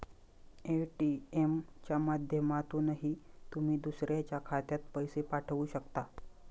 ATM च्या माध्यमातूनही तुम्ही दुसऱ्याच्या खात्यात पैसे पाठवू शकता